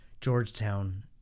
Georgetown